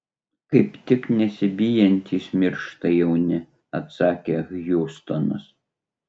kaip tik nesibijantys miršta jauni atsakė hjustonas